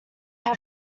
had